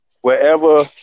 wherever